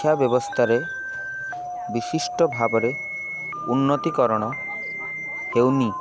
ଶିକ୍ଷା ବ୍ୟବସ୍ଥାରେ ବିଶିଷ୍ଟ ଭାବରେ ଉନ୍ନତିକରଣ ହେଉନି